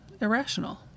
irrational